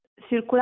circular